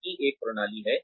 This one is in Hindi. इसकी एक प्रणाली है